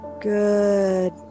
Good